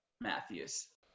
Matthews